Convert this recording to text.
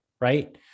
right